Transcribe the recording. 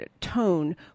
tone